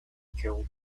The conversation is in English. kill